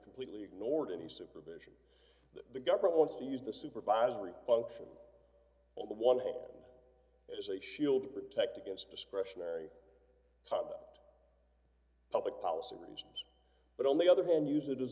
completely ignored any supervision that the government wants to use the supervisory function on the one home as a shield to protect against discretionary type about public policy reasons but on the other hand use it as